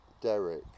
Derek